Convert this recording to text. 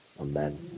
Amen